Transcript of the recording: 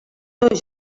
dos